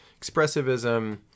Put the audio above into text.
expressivism